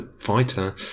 fighter